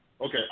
Okay